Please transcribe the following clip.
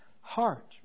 heart